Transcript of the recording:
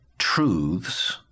truths